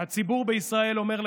הציבור בישראל אומר לך: